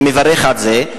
אני מברך על זה.